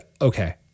okay